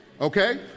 okay